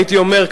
הייתי אומר,